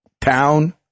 town